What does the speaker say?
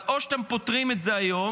אז או שאתם פותרים את זה היום,